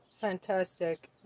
fantastic